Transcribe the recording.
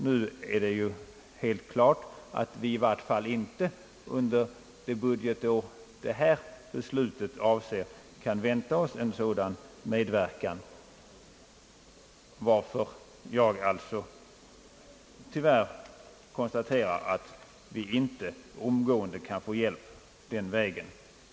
Nu är det ju helt klart att vi i vart fall inte under det budgetår det här beslutet avser kan vänta oss en sådan medverkan, varför jag alltså tyvärr konstaterar att vi inte omgående kan få hjälp den vägen.